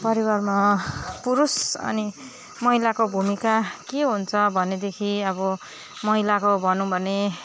परिवारमा पुरुष अनि महिलाको भूमिका के हुन्छ भनेदेखि अब महिलाको भनौँ भने